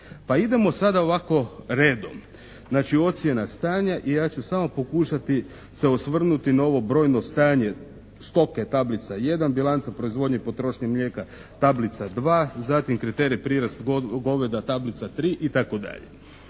Pa idemo sada ovako redom. Znači ocjena stanja i ja ću samo pokušati se osvrnuti na ovo brojno stanje tablica 1, bilanca proizvodnje i potrošnje mlijeka tablica 2, zatim kriterij prirast goveda tablica 3 itd.